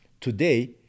Today